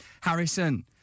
Harrison